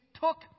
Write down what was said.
took